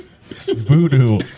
voodoo